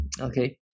okay